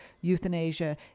euthanasia